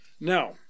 now